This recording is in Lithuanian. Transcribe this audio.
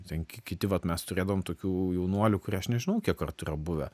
ten ki kiti vat mes turėdavom tokių jaunuolių kurie aš nežinau kiek kartų yra buvę